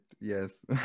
yes